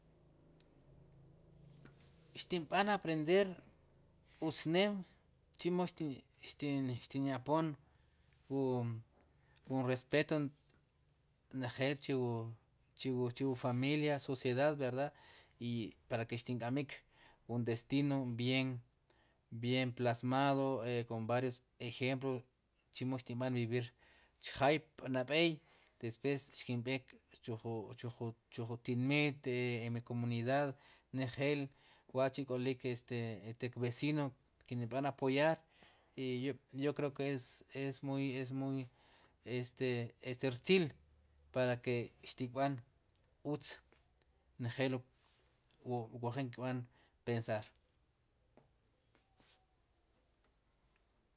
Xtin b'an aprender utzneem chemo xti, xtin ya'poom wu, wun respeto njel chu wu familia sociedad verdad i para ke xtink'amb'ik wun destino bien, buen plasmado kon varios ejemplos chemo xtinb'an vivir chjaay nab'ey despues xkinb'eek chu, chu chujun tinmit e en mi comunidad njel wa'chi' k'olik este vecino kin kb'an apoyar y yo creo ke es, es muy, muy rtziil para ke xtikb'an utz njel wu jin kb'an pensar.